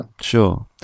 Sure